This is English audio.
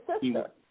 sister